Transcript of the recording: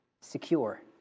secure